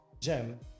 gem